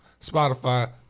Spotify